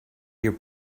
your